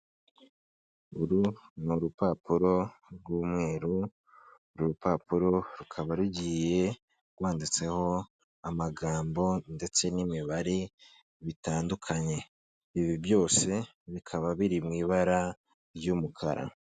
Uru ni urupapuro rw'umweru, uru rupapuro rukaba rugiye rwanditseho amagambo ndetse n'imibare bitandukanye. Ibi byose bikaba biri mu ibara ry'umukara.